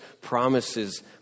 promises